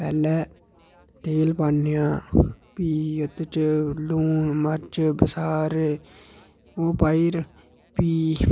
पैह्लें तेल पाने आं भी ओह्दे बिच लून मर्च बसार ओह् पाई